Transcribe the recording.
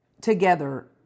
together